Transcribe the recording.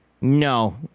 No